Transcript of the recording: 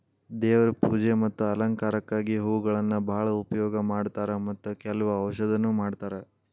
ದೇವ್ರ ಪೂಜೆ ಮತ್ತ ಅಲಂಕಾರಕ್ಕಾಗಿ ಹೂಗಳನ್ನಾ ಬಾಳ ಉಪಯೋಗ ಮಾಡತಾರ ಮತ್ತ ಕೆಲ್ವ ಔಷಧನು ಮಾಡತಾರ